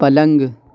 پلنگ